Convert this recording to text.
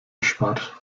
erspart